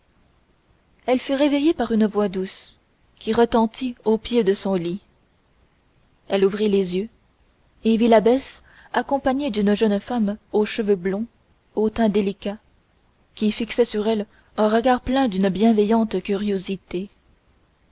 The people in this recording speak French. elle fut réveillée par une voix douce qui retentit au pied de son lit elle ouvrit les yeux et vit l'abbesse accompagnée d'une jeune femme aux cheveux blonds au teint délicat qui fixait sur elle un regard plein d'une bienveillante curiosité